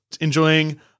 enjoying